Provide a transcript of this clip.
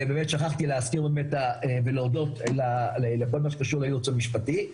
ובאמת שכחתי להזכיר ולהודות לכל מה שקשור לייעוץ המשפטי,